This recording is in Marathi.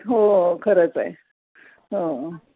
हो खरंच आहे हो